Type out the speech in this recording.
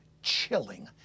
Chilling